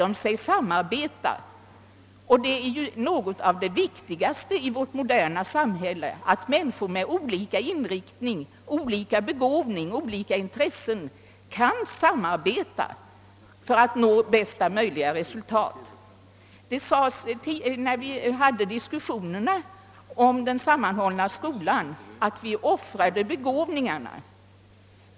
Det är ju något av det viktigaste i vårt moderna samhälle att människor med olika inriktning, olika begåvning, olika intressen kan samarbeta för att nå bästa möjliga resultat. I samband med diskussionerna om den sammanhållna skolan sades det att vi offrade begåvningarna.